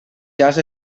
jazz